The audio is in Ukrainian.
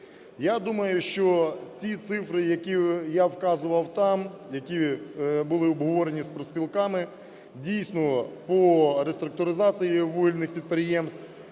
Я думаю, що ті цифри, які я вказував там, які були обговорені з профспілками, дійсно, по реструктуризації вугільних підприємств,